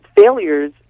failures